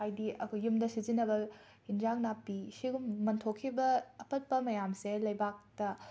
ꯍꯥꯏꯗꯤ ꯑꯈꯣ ꯌꯨꯝꯗ ꯁꯤꯖꯤꯟꯅꯕ ꯍꯤꯟꯖꯥꯡ ꯅꯥꯄꯤ ꯁꯤꯒꯨꯝꯕ ꯃꯟꯊꯣꯛꯈꯤꯕ ꯑꯄꯠꯄ ꯃꯌꯥꯝꯁꯦ ꯂꯩꯕꯥꯛꯇ